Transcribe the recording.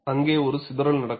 அங்கே ஒரு சிதறல் நடக்கும்